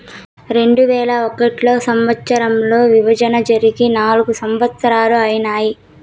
రెండువేల ఒకటో సంవచ్చరంలో విభజన జరిగి నాల్గు సంవత్సరాలు ఐనాయి